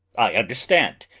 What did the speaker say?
i understand!